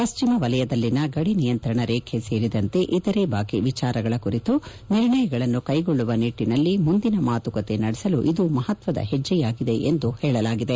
ಪಶ್ಚಿಮ ವಲಯದಲ್ಲಿನ ಗಡಿನಿಯಂತ್ರಣ ರೇಖೆ ಸೇರಿದಂತೆ ಇತರೆ ಬಾಕಿ ವಿಚಾರಗಳ ಕುರಿತು ನಿರ್ಣಯಗಳನ್ನು ಕೈಗೊಳ್ಳುವ ನಿಟ್ಟನಲ್ಲಿ ಮುಂದಿನ ಮಾತುಕತೆ ನಡೆಸಲು ಇದು ಮಹತ್ವದ ಹೆಜ್ಜೆಯಾಗಿದೆ ಎಂದು ಹೇಳಲಾಗಿದೆ